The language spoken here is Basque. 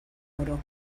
oro